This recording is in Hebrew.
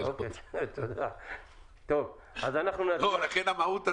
שהיה עדיף שלא תתרחש.